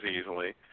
easily